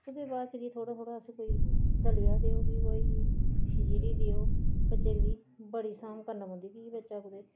ओह्दे बाद च जाइयै थोह्ड़ा थोह्ड़ा उसी कोई दलिया ते ओह् बी कोई खिचड़ी देओ बच्चे दी बड़ी सांभ करना पौंदी कि बच्चा कुतै